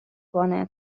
کنه